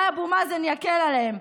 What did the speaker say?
אולי אבו מאזן יקל עליהם.